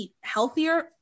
healthier